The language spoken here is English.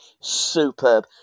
superb